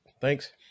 Thanks